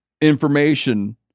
information